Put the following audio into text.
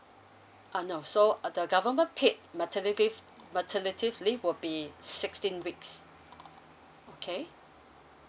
ah no so uh the government paid maternity maternity leave will be sixteen weeks okay